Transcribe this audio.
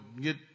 get